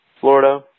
Florida